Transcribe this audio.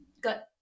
Good